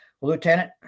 Lieutenant